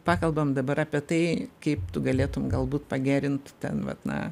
pakalbam dabar apie tai kaip tu galėtum galbūt pagerint ten vat na